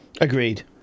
agreed